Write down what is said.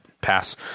pass